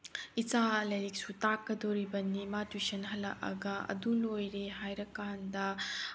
ꯏꯆꯥ ꯂꯥꯏꯔꯤꯛꯁꯨ ꯇꯥꯛꯀꯗꯧꯔꯤꯕꯅꯤ ꯃꯥ ꯇ꯭ꯌꯨꯁꯟ ꯍꯜꯂꯛꯑꯒ ꯑꯗꯨ ꯂꯣꯏꯔꯦ ꯍꯥꯏꯔꯀꯥꯟꯗ